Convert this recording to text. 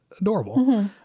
adorable